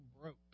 broke